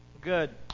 Good